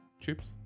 chips